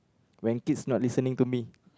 when kids not listening to me